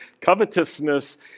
covetousness